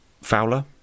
Fowler